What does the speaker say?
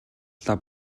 лав